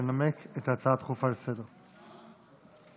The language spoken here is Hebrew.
אני מזמין את חבר הכנסת יעקב אשר לנמק את ההצעה הדחופה לסדר-היום.